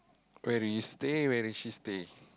where do you stay where does she stay